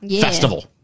festival